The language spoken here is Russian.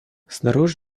снаружи